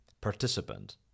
participant